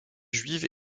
juive